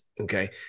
Okay